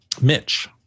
Mitch